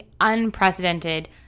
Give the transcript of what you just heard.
unprecedented